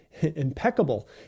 impeccable